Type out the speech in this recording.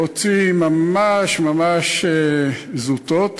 להוציא ממש ממש זוטות,